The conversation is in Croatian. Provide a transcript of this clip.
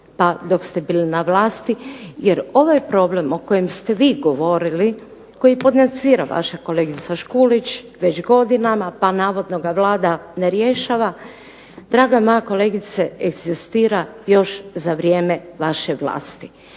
pa dok ste bili na vlasti. Jer ovaj problem o kojem ste vi govorili koji ... vaša kolegica Škulić već godinama, pa navodno ga Vlada ne rješava, draga moja kolegice egzistira još za vrijeme vaše vlasti.